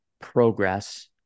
progress